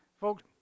Folks